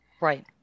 Right